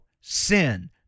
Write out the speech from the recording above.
sin